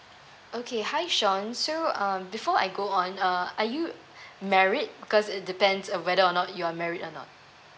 okay hi sean so um before I go on uh are you married because it depends uh whether or not you are married or not